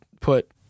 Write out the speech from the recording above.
put